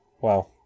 Wow